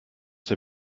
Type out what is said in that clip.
der